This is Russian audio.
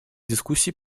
дискуссий